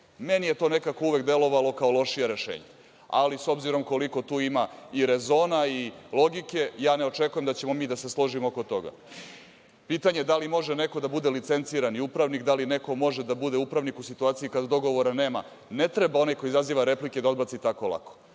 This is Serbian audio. Meni je to nekako uvek delovalo kao lošije rešenje, ali s obzirom koliko tu ima i rezona i logike, ja ne očekujem da ćemo mi da se složimo oko toga. Pitanje da li neko može da bude licencirani upravnik, da li neko može da bude upravnik u situaciji kada dogovora nema, ne treba onaj koji izaziva replike da odbaci tako lako.